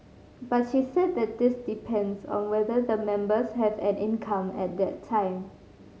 but she said that this depends on whether the members have an income at that time